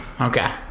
Okay